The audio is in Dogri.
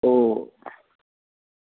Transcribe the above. ओह्